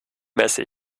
messe